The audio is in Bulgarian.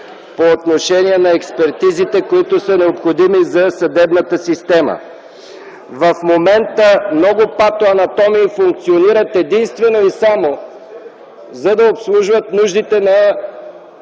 по отношение на експертизите, които са необходими за съдебната система. В момента много патоанатоми функционират единствено и само, за да обслужват нуждите на